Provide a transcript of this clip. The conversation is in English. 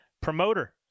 Promoter